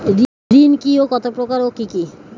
ঋণ কি ও কত প্রকার ও কি কি?